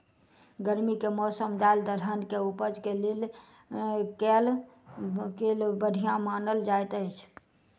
गर्मी केँ मौसम दालि दलहन केँ उपज केँ लेल केल बढ़िया मानल जाइत अछि?